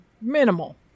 minimal